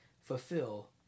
fulfill